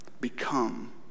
become